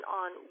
on